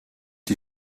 die